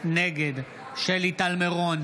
נגד שלי טל מירון,